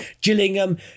Gillingham